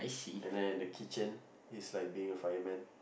and then in the kitchen is like being a fireman